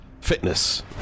Fitness